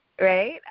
right